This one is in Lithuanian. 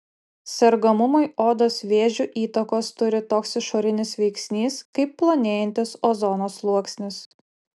sergamumui odos vėžiu įtakos turi toks išorinis veiksnys kaip plonėjantis ozono sluoksnis